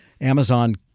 Amazon